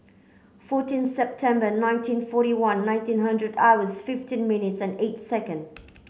fourteen September nineteen forty one nineteen hundred hours fifteen minutes and eight second